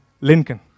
Lincoln